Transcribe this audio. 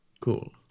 Cool